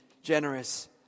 Generous